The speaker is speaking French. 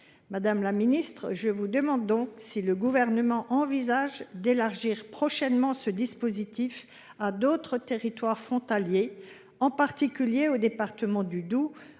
Madame la secrétaire d’État, je vous demande donc si le Gouvernement envisage d’élargir prochainement ce dispositif à d’autres territoires frontaliers, notamment au département du Doubs,